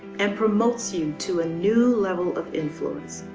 and promotes you to a new level of influence.